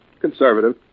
Conservative